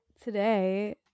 today